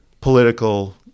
political